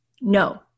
no